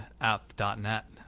app.net